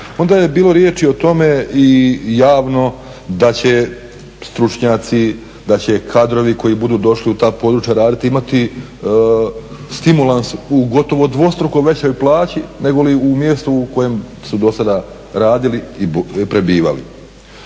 Onda je bilo riječi o tome i javno da će stručnjaci, da će kadrovi koji budu došli u ta područja raditi imati stimulans u gotovo dvostruko većoj plaći negoli u mjestu u kojem su do sada radili i prebivali.